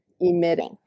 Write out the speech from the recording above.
emitting